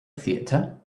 theater